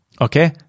Okay